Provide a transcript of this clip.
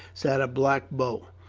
sat a black bow.